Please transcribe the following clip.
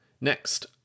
Next